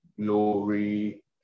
glory